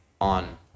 on